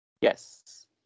yes